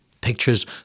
pictures